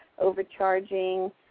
overcharging